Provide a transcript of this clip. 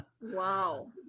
Wow